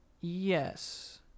Yes